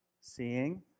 Seeing